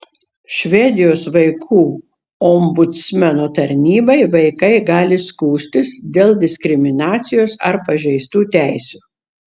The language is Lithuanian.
švedijos vaikų ombudsmeno tarnybai vaikai gali skųstis dėl diskriminacijos ar pažeistų teisių